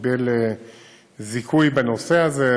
קיבל זיכוי בנושא הזה,